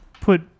put